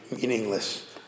meaningless